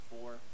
four